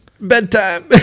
Bedtime